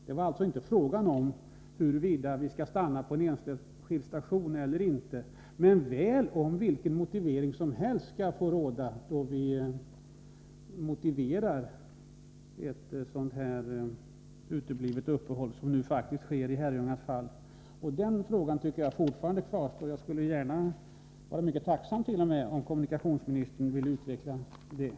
Det var alltså inte fråga om huruvida tåget skall stanna på en enskild station eller inte, men väl om man kan acceptera vilken motivering som helst för ett uteblivet uppehåll, som nu faktiskt sker i fallet Herrljunga. Den frågan tycker jag fortfarande kvarstår. Jag skulle vara mycket tacksam om kommunikationsministern ville utveckla detta.